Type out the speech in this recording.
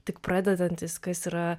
tik pradedantys kas yra